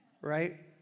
Right